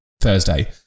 Thursday